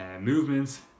movements